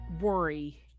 worry